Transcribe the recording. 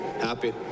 happy